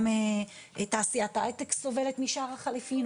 אנחנו רואים גם את תעשיית ההיי טק סובלת משער החליפין,